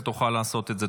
שתוכל לעשות את זה.